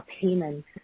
payment